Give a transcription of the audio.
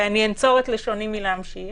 ואני אנצור את לשוני מלהמשיך,